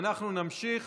אנחנו נמשיך